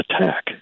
attack